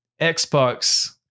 xbox